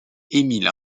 émile